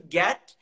get